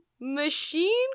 Machine